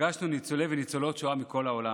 פגשנו ניצולי וניצולות שואה מכל העולם.